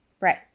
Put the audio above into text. Right